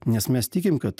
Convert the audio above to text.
nes mes tikim kad